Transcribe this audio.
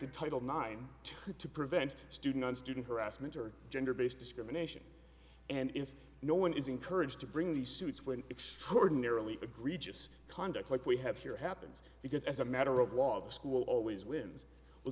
a title nine to to prevent student on student harassment or gender based discrimination and if no one is encouraged to bring these suits when extraordinarily egregious conduct like we have here happens because as a matter of law the school always wins well